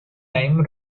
time